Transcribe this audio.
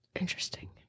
Interesting